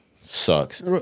Sucks